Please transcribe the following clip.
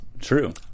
true